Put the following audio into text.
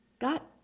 got